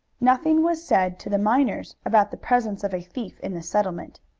nothing was said to the miners about the presence of a thief in the settlement.